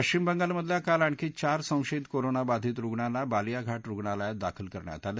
पश्चिम बंगालमधल्या काल आणखी चार संशयित कोरोना बाधित रुग्णांना बलियाघाट रुग्णालयात दाखल करण्यात आलं